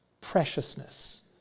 preciousness